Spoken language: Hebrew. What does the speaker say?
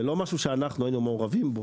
זה לא משהו שאנחנו היינו מעורבים בו.